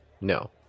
No